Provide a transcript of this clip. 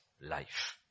life